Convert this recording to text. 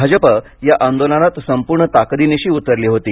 भाजपा या आंदोलनात संपूर्ण ताकदीनिशी उतरली होती